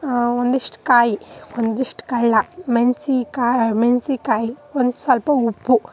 ಹಾಂ ಒಂದಿಷ್ಟು ಕಾಯಿ ಒಂದಿಷ್ಟು ಕಳ್ಳ ಮೆಣ್ಸಿನಕಾಯಿ ಮೆಣ್ಸಿನಕಾಯಿ ಒಂದು ಸ್ವಲ್ಪ ಉಪ್ಪು